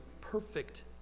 perfect